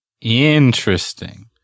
Interesting